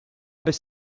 bis